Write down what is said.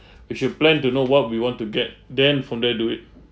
we should plan to know what we want to get then from there do it